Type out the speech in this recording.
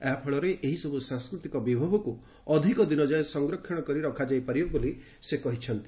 ଏହାଫଳରେ ଏହିସବୁ ସାଂସ୍କୃତିକ ବିଭବକୁ ଅଧିକ ଦିନଯାଏଁ ସଂରକ୍ଷଣ କରି ରଖାଯାଇପାରିବ ବୋଲି ସେ କହିଛନ୍ତି